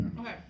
Okay